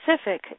specific